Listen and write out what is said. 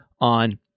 on